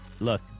look